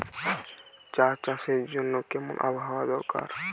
চা চাষের জন্য কেমন আবহাওয়া দরকার?